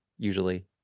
usually